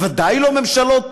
בוודאי לא ממשלות